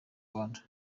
rwanda